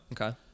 Okay